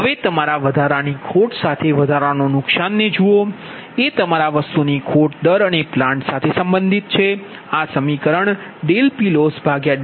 હવે તમારા વધારાની ખોટ સાથે વધારાનો નુકસાન ને જુઓ એ તમારા વસ્તુની ખોટ દર અને પ્લાન્ટ સાથે સંબધીત છે